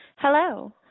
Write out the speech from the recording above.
Hello